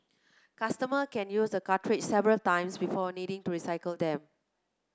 customers can use the cartridges several times before needing to recycle them